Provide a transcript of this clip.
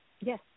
Yes